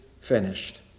finished